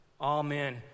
Amen